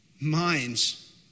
minds